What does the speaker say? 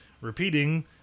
repeating